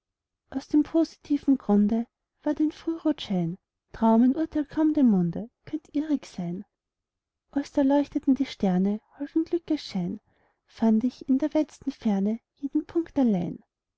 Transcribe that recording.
aus dem positiven grunde ward ein frührotschein trau mein urteil kaum dem munde könnte irrig sein als da leuchteten die sterne holden glückes schein fand ich in der weit'sten ferne jeden punkt allein